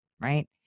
right